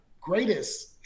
greatest